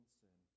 sin